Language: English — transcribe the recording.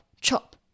chop